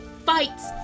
fights